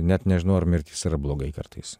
net nežinau ar mirtis yra blogai kartais